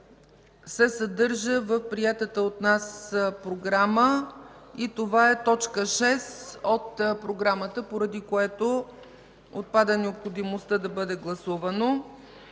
се съдържа в приетата от нас Програма. Това е т. 6 от Програмата, поради което отпада необходимостта да бъде гласувано.